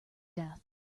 death